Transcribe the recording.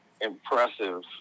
impressive